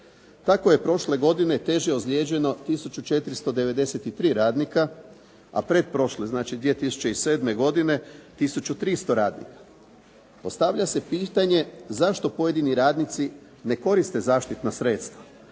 Tako je prošle godine teže ozlijeđeno 1493 radnika a pretprošle znači 2007. godine 1300 radnika. Postavlja se pitanje zašto pojedini radnici ne koriste zaštitna sredstva.